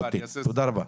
תודה רבה.